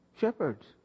Shepherds